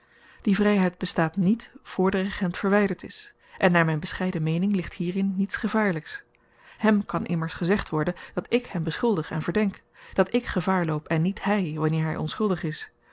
die vryheid bestaat niet voor de regent verwyderd is en naar myn bescheiden meening ligt hierin niets gevaarlyks hem kan immers gezegd worden dat ik hem beschuldig en verdenk dat ik gevaar loop en niet hy wanneer hy onschuldig is